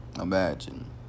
imagine